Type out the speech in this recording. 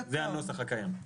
זה הנוסח הקיים.